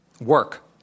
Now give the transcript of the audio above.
Work